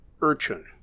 urchin